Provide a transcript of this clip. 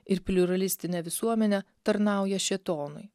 ir pliuralistine visuomene tarnauja šėtonui